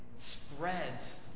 spreads